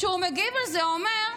וכשהוא מגיב על זה הוא אומר: